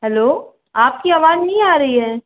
hello आपकी आवाज नहीं आ रही है